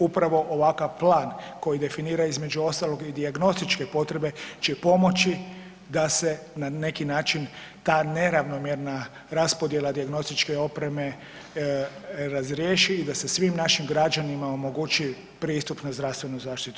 Upravo ovakav plan koji definira između ostalog i dijagnostičke potrebe će pomoći da se na neki način ta neravnomjerna raspodjela dijagnostičke opreme razriješi i da se svim našim građanima omogući pristup na zdravstvenu zaštitu.